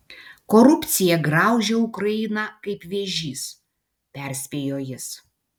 korupcija graužia ukrainą kaip vėžys perspėjo jis